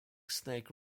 snake